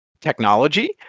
technology